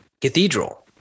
Cathedral